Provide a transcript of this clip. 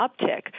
uptick